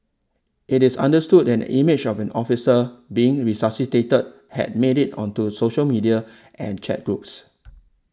it is understood an image of an officer being resuscitated had made it onto social media and chat groups